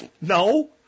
No